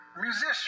Musician